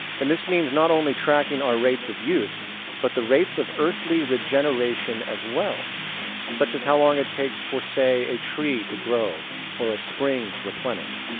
and this means not only tracking our rates of use but the rates of earthly regeneration as well such as how long it takes for say, a tree to grow or a spring to replenish.